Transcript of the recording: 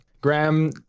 Graham